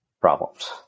problems